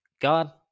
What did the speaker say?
God